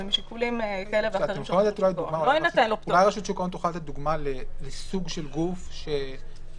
משיקולים כאלה ואחרים --- את יכולה לתת דוגמה של סוג של גוף שלא